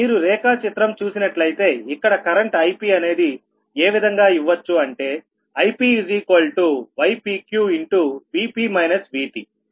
మీరు రేఖాచిత్రం చూసినట్లయితే ఇక్కడ కరెంట్ Ipఅనేది ఏ విధంగా ఇవ్వచ్చు అంటే IpypqVp Vt